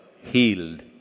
healed